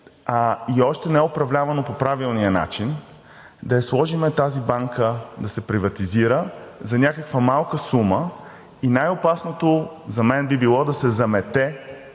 още не е управлявана по правилния начин, да я сложим тази банка да се приватизира за някаква малка сума. И най-опасното за мен би било да се замете